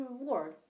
reward